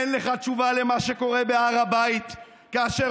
אין לך תשובה למה שקורה בהר הבית כאשר